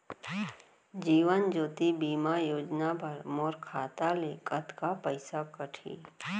जीवन ज्योति बीमा योजना बर मोर खाता ले कतका पइसा कटही?